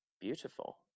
beautiful